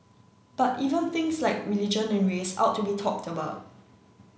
but even things like religion and race ought to be talked about